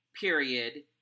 period